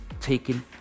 taken